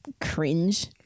cringe